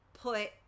put